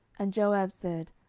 and joab said,